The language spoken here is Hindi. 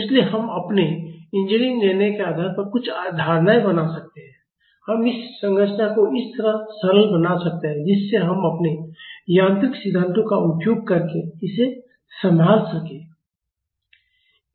इसलिए हम अपने इंजीनियरिंग निर्णय के आधार पर कुछ धारणाएँ बना सकते हैं हम इस संरचना को इस तरह सरल बना सकते हैं जिससे हम अपने यांत्रिक सिद्धांतों का उपयोग करके इसे संभाल सकें